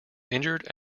injured